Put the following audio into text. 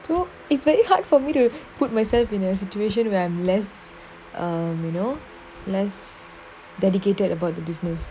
so it's very hard for me to put myself in a situation where am less you know less dedicated about the business